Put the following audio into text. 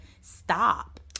stop